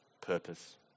purpose